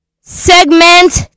Segment